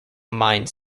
mine